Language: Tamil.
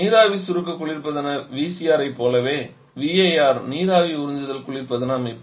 நீராவி சுருக்க குளிர்பதன VCR ஐப் போலவே VAR நீராவி உறிஞ்சுதல் குளிர்பதன அமைப்பு